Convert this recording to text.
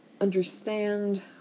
understand